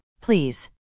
please